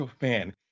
man